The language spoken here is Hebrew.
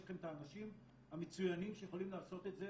יש לכם את האנשים המצוינים שיכולים לעשות את זה